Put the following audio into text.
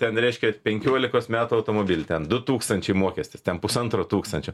ten reiškia penkiolikos metų automobilį ten du tūkstančiai mokestis ten pusantro tūkstančio